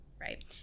right